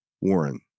Warren